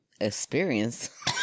experience